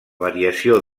variació